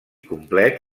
complet